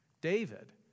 David